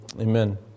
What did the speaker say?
Amen